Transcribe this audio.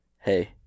hey